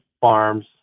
farms